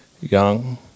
young